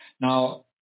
Now